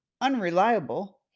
unreliable